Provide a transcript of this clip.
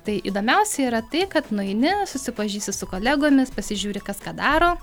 tai įdomiausia yra tai kad nueini susipažįsti su kolegomis pasižiūri kas ką daro